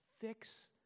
fix